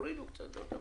הורידו קצת את המחיר.